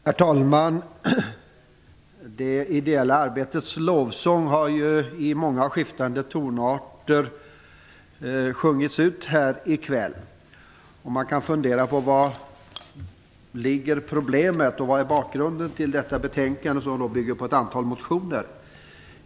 Herr talman! Det ideella arbetets lovsång har i många skiftande tonarter sjungits ut i kväll. Man kan fundera på var problemet ligger och vad bakgrunden är till detta betänkande, som bygger på ett antal motioner.